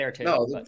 No